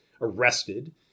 arrested